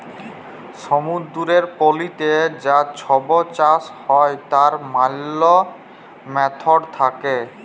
সমুদ্দুরের পলিতে যা ছব চাষ হ্যয় তার ম্যালা ম্যাথড থ্যাকে